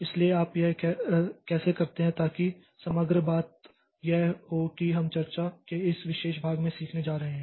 इसलिए आप यह कैसे करते हैं ताकि समग्र बात यह हो कि हम चर्चा के इस विशेष भाग में सीखने जा रहे हैं